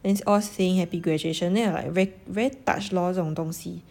and it's all saying happy graduation then I like very very touched lor 这种东西